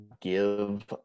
give